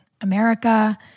America